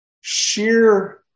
Sheer